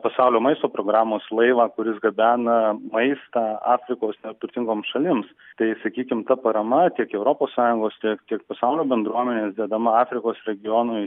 pasaulio maisto programos laivą kuris gabena maistą afrikos neturtingoms šalims tai sakykim ta parama tiek europos sąjungos tiek pasaulio bendruomenės dedama afrikos regionui